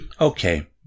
Okay